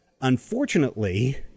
Unfortunately